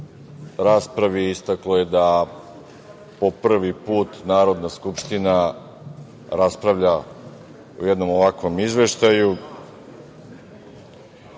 raspravi istaklo je da po prvi put Narodna skupština raspravlja o jednom ovakvom izveštaju.